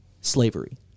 slavery